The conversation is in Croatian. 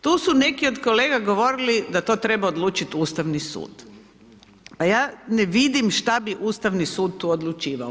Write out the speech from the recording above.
Tu su neki od kolega govorili da to treba odlučiti Ustavni sud, pa ja ne vidim što bi Ustavni sud tu odlučivao.